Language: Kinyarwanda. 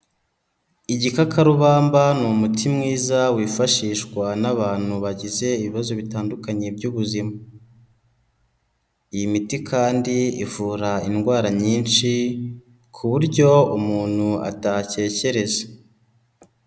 Igikakarubamba ni umuti mwiza wifashishwa n'abantu bagize ibibazo bitandukanye by'ubuzima. Iyi miti kandi ivura indwara nyinshi, ku buryo umuntu atatekereza.